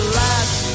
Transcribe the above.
last